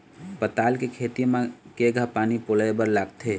पताल के खेती म केघा पानी पलोए बर लागथे?